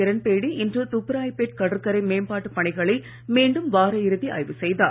கிரண்பேடி இன்று துப்ராயப்பேட் கடற்கரை மேம்பாட்டுப் பணிகளை மீண்டும் வார இறுதி ஆய்வு செய்தார்